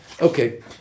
Okay